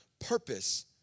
purpose